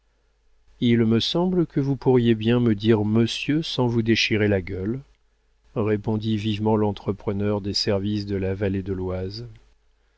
il me semble que vous pourriez bien me dire monsieur sans vous déchirer la gueule répondit vivement l'entrepreneur des services de la vallée de l'oise